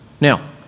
Now